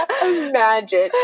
Imagine